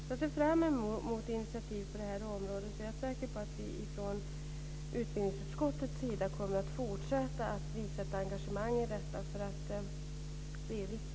Jag ser fram emot initiativ på detta område, och jag är säker på att vi från utbildningsutskottets sida kommer att fortsätta att visa ett engagemang, för det är viktigt.